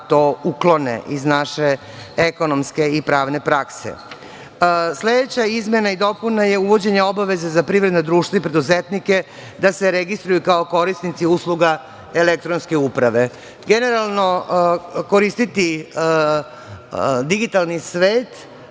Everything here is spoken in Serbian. da to uklone iz naše ekonomske i pravne prakse. Sledeća izmena i dopuna je uvođenje obaveze za privredna društva i preduzetnike da se registruju kao korisnici usluga elektronske uprave. Generalno, koristiti digitalni svet